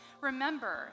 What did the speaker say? remember